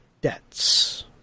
debts